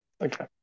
Okay